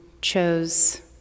chose